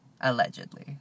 Allegedly